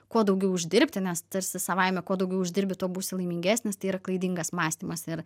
kuo daugiau uždirbti nes tarsi savaime kuo daugiau uždirbi tuo būsi laimingesnis tai yra klaidingas mąstymas ir